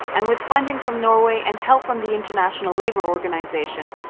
and with funding from norway and help from the international labour organization,